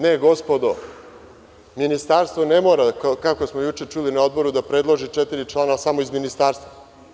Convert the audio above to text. Ne, gospodo, Ministarstvo ne mora, kako smo juče čuli na Odboru, da predloži četiri člana samo iz Ministarstva.